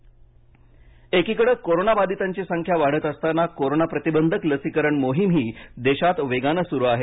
corona लसीकरण एकीकडे corona बाधितांची संख्या वाढत असताना कोरोना प्रतिबंधक लसीकरण मोहीमही देशात वेगानं सुरु आहे